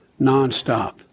nonstop